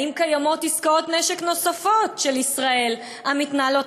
האם קיימות עסקאות נשק נוספות של ישראל המתנהלות